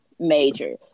major